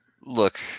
look